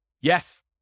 Yes